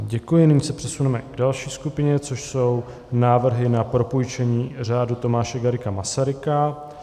Děkuji a nyní se přesuneme k další skupině, což jsou návrhy na propůjčení Řádu Tomáše Garrigua Masaryka.